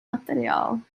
materiál